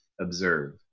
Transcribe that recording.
observe